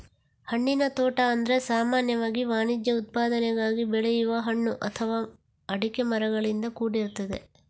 ಹಣ್ಣಿನ ತೋಟ ಅಂದ್ರೆ ಸಾಮಾನ್ಯವಾಗಿ ವಾಣಿಜ್ಯ ಉತ್ಪಾದನೆಗಾಗಿ ಬೆಳೆಯುವ ಹಣ್ಣು ಅಥವಾ ಅಡಿಕೆ ಮರಗಳಿಂದ ಕೂಡಿರ್ತದೆ